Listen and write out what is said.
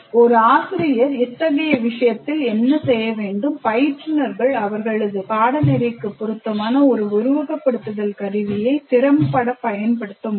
ஒரு ஆசிரியர் இத்தகைய விஷயத்தில் என்ன செய்ய வேண்டும் பயிற்றுனர்கள் அவரது பாடநெறிக்கு பொருத்தமான ஒரு உருவகப்படுத்துதல் கருவியை திறம்பட பயன்படுத்த முடியும்